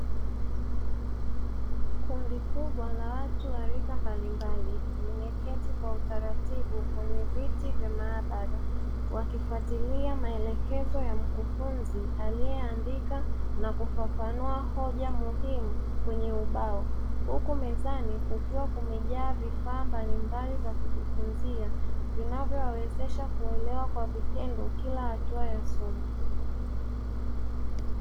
Kundi kubwa la watu wa rika mbalimbali, limeketi kwa utaratibu kwenye viti vya maabara. Wakifatilia maelekezo ya mkufunzi aliyeandika na kufafanua hoja muhimu kwenye ubao, huku mezani kukiwa kumejaa vifaa mbalimbali vya kujifunzia , vinavyowawezesha kuelewa kwa vitendo kila hatua ya somo.